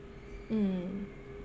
mm